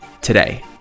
today